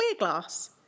ClearGlass